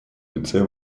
лице